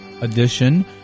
edition